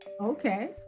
okay